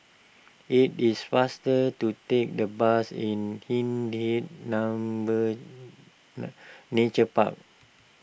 it is faster to take the bus in Hindhede Number Nature Park